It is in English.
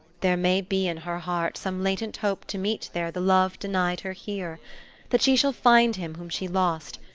there may be in her heart some latent hope to meet there the love denied her here that she shall find him whom she lost,